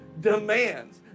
demands